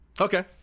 okay